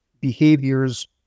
behaviors